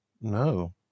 No